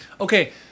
okay